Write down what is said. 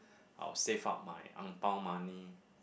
I'll save up my angpao money